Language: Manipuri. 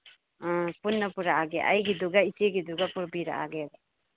ꯑ ꯄꯨꯟꯅ ꯄꯣꯔꯛꯑꯒꯦ ꯑꯩꯒꯤꯗꯨꯒ ꯏꯆꯦꯒꯤꯗꯨꯒ ꯄꯨꯕꯤꯔꯛꯑꯒꯦ